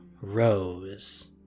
rose